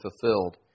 fulfilled